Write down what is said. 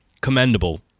commendable